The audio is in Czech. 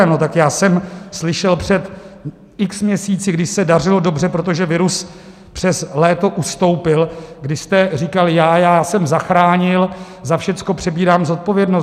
Tak já jsem slyšel před x měsíci, kdy se dařilo dobře, protože virus přes léto ustoupil, kdy jste říkal: Já, já jsem zachránil, za všecko přebírám zodpovědnost.